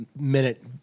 minute